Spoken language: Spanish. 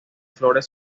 flores